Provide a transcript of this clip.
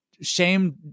shame